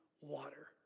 water